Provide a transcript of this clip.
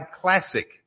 Classic